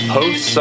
Post